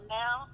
now